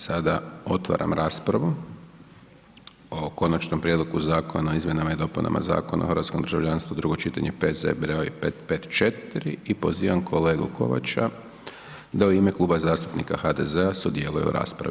Sada otvaram raspravu o Konačnom prijedlogu Zakona o izmjenama i dopunama Zakona o hrvatskom državljanstvu, drugo čitanje, P.Z. broj 554 i pozivam kolegu Kovača da u ime Kluba zastupnika HDZ-a sudjeluje u raspravi.